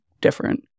different